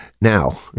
Now